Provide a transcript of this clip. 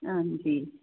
ਹਾਂਜੀ